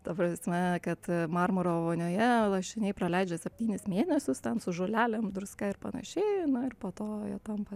ta prasme kad marmuro vonioje lašiniai praleidžia septynis mėnesius ten su žolelėm druska ir panašiai na ir po to jie tampa